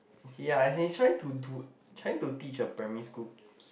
ya as in he's trying to to trying to teach a primary school kid